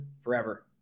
forever